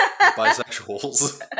bisexuals